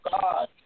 God